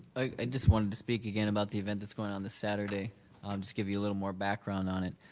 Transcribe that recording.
i just wanted to speak again about the event that's going on this saturday, um just give you a little more background on it.